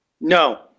No